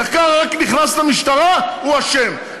נחקר רק נכנס למשטרה הוא אשם.